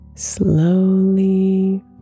Slowly